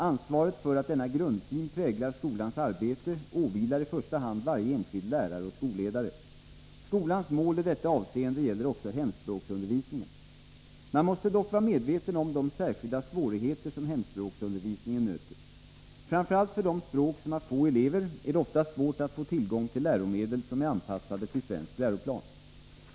Ansvaret för att denna grundsyn präglar skolans arbete åvilar i första hand varje enskild lärare och skolledare. Skolans mål i detta avseende gäller också hemspråksundervisningen. Man måste dock vara medveten om de särskilda svårigheter som hemspråksundervisningen möter. Framför allt för de språk som har få elever är det ofta svårt att få tillgång till läromedel som är anpassade till svensk läroplan.